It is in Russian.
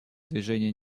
движения